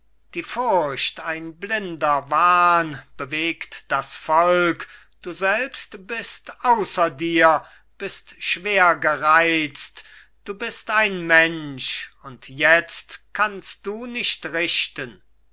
die furcht ein blinder wahn bewegt das volk du selbst bist außer dir bist schwer gereizt du bist ein mensch und jetzt kannst du nicht richten